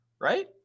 right